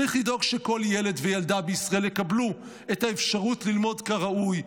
צריך לדאוג שכל ילד וילדה בישראל יקבלו את האפשרות ללמוד כראוי,